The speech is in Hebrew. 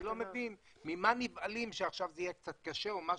אני לא מבין למה נבהלים ואומרים שזה יהיה קצת קשה.